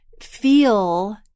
feel